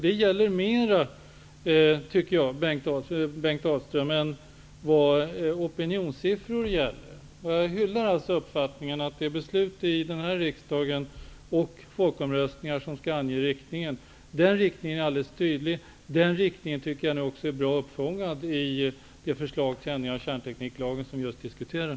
Detta betyder mer, Bengt Dalström, än opinionssiffror. Jag hyllar uppfattningen att det är riksdagsbeslut och folkomröstning som skall ange riktningen. Den riktningen är alldeles tydlig. Den är också bra uppfångad i det förslag till ändringar i kärntekniklagen som vi just diskuterar.